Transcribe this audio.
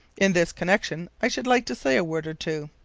in this connection i should like to say a word or two.